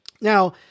Now